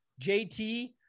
JT